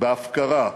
בהפקרה.